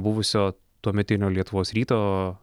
buvusio tuometinio lietuvos ryto